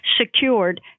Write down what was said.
secured